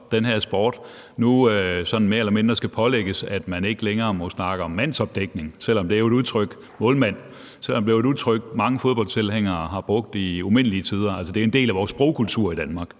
eller mindre skal pålægges, at de ikke længere må snakke om »mandsopdækning« og »målmand«, selv om det jo er udtryk, mange fodboldtilhængere har brugt i umindelige tider. Altså, det er jo en del af vores sprogkultur i Danmark,